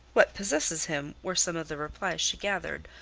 what possesses him! were some of the replies she gathered,